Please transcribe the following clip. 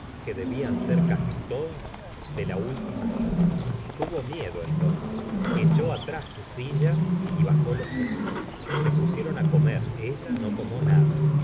que debían ser casi todas de la última fila tuvo miedo entonces echó atrás su silla y bajó los ojos se pusieron á comer ella no tomó nada